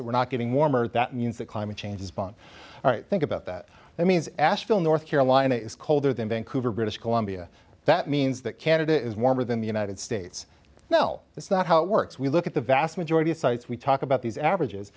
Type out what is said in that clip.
that were not getting warmer that means that climate change is beyond think about that that means asheville north carolina is colder than vancouver british columbia that means that canada is warmer than the united states well that's not how it works we look at the vast majority of sites we talk about these averages